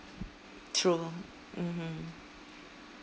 true mmhmm